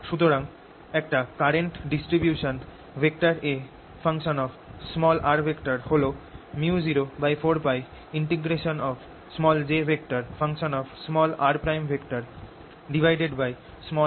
সুতরাং একটা current distribution A হল µ04πjrr rdV